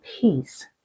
peace